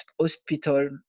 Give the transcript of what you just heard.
hospital